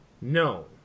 No